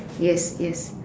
yes yes